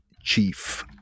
chief